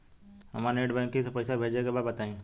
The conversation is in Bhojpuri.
हमरा नेट बैंकिंग से पईसा भेजे के बा बताई?